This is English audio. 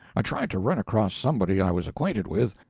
i tried to run across somebody i was acquainted with,